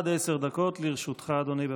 עד עשר דקות לרשותך, אדוני.